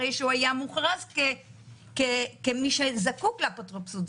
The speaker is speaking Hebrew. הוא היה מוכרז כמי שזקוק לאפוטרופסות,